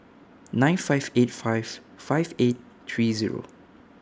nine five eight five five eight three Zero